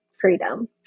freedom